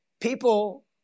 People